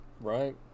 Right